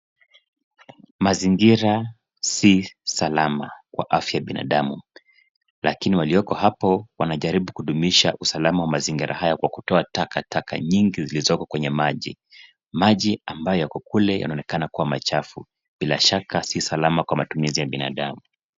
Mazingira si salama kwa afya ya binadamu..Lakini walioko hapo wanajaribu kudumisha usalama wa mazingira haya kwa kutoa takataka nyingi zilizoko kwenye maji. Maji ambayo yako kule yanaonekana kuwa machafu. Bila shaka si salama kwa matumizi ya binadamu.